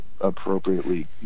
appropriately